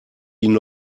ihnen